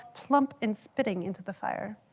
plump and spitting into the fire.